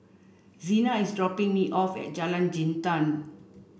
Zena is dropping me off at Jalan Jintan